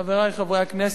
אדוני השר, חברי חברי הכנסת,